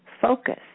focus